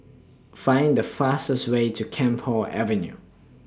Find The fastest Way to Camphor Avenue